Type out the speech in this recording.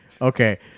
Okay